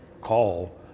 call